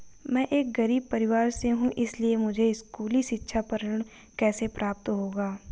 मैं एक गरीब परिवार से हूं इसलिए मुझे स्कूली शिक्षा पर ऋण कैसे प्राप्त होगा?